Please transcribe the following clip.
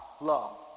love